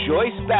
Joyce